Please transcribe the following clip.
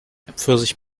pfirsich